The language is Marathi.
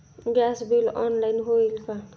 गॅस बिल ऑनलाइन होईल का?